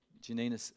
Janina